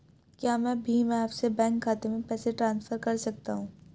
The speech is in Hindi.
क्या मैं भीम ऐप से बैंक खाते में पैसे ट्रांसफर कर सकता हूँ?